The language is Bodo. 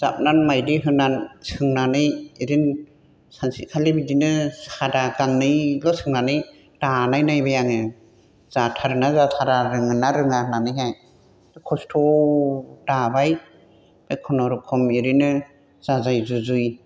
जाबनानै माइदि होनानै सोंनानै एरैनो सानसेखालि बिदिनो सादा गांनै'ल सोंनानै दानाय नायबाय आङो जाथारोना जाथारा रोङोना रोङा होननानैहाय खस्थ' दाबाय ओमफाय खुनुरुखुम एरैनो जाजायो जुजुयो